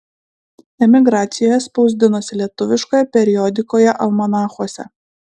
emigracijoje spausdinosi lietuviškoje periodikoje almanachuose